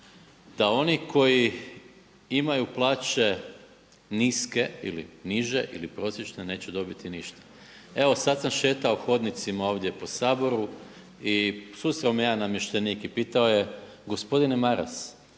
da oni koji imaju plaće niske ili niže ili prosječne neće dobiti ništa. Evo sad sam šetao hodnicima ovdje po Saboru i susreo me jedan namještenik i pitao je gospodine Maras,